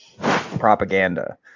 propaganda